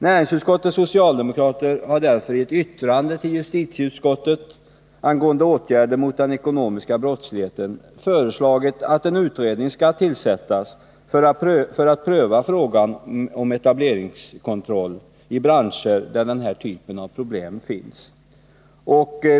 Näringsutskottets socialdemokrater har därför i ett yttrande till justitieutskottet angående åtgärder mot den ekonomiska brottsligheten föreslagit att en utredning skall tillsättas för att pröva frågan om etableringskontroll i branscher där den här typen av problem finns.